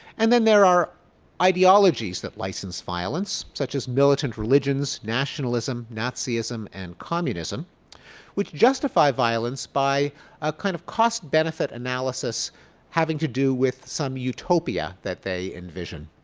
and then, there are ideologies that license violence such as militant religions, nationalism, nazism, and communism which justify violence by ah kind of cost-benefit analysis having to do with some utopia that they envision.